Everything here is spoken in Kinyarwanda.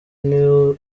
niwe